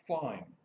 fine